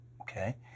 Okay